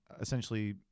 essentially